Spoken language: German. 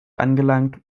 angelangt